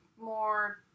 more